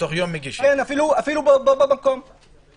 אפילו בו במקום מגישים.